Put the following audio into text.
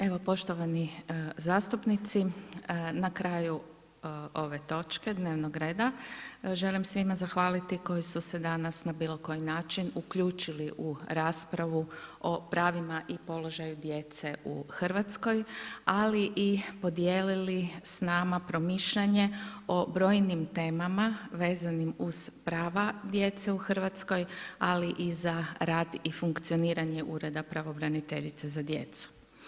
Evo poštovani zastupnici na kraju ove točke dnevnog red želim svima zahvaliti koji su se danas na bilo koji način uključili u raspravu o pravima i položaju djece u Hrvatskoj, ali i podijelili s nama promišljanje, o brojnim temama vezanim uz prava djece u Hrvatskoj, ali i za rad i funkcioniranja Ureda pravobraniteljice za djecu.